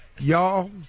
Y'all